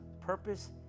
purpose